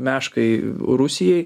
mešką į rusijai